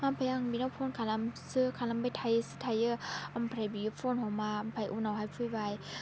ओमफ्राय आं बिनाव फन खालामसो खालामबाय थायोसो थायो ओमफ्राय बियो फन हमा ओमफ्राय उनावहाय फैबाय